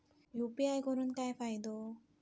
UPI करून काय फायदो?